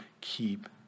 Keep